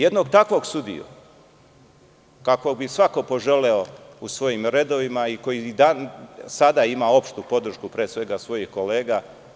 Jednog takvog sudiju, kakvog bi svako poželeo u svojim redovima i koji i sada ima opštu podršku, pre svega svojih kolega.